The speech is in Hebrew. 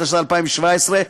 התשע"ז 2017,